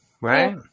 Right